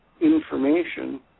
information